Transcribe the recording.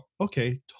okay